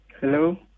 hello